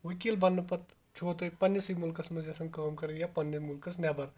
ؤکیل بَنٕنہٕ پَتہٕ چھِوا تُہۍ پَنٕنِسٕے مُلکس منٛز یژھان کٲم کَرٕنۍ یا پَنٕنہِ مُلکس نیبر